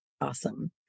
Awesome